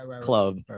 club